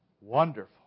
wonderful